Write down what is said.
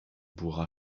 bourg